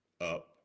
up